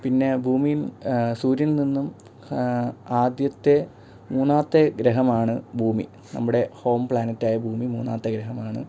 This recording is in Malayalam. പിന്നെ ഭൂമിയും സൂര്യനിൽ നിന്നും ആദ്യത്തെ മൂന്നാമത്തെ ഗ്രഹമാണ് ഭൂമി നമ്മുടെ ഹോം പ്ലാനെറ്റായ ഭൂമി മൂന്നാമത്തെ ഗ്രഹമാണ്